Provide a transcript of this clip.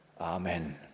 Amen